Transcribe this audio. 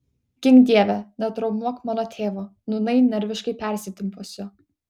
gink dieve netraumuok mano tėvo nūnai nerviškai persitempusio